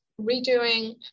redoing